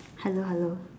hello hello